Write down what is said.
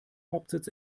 hauptsitz